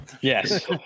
Yes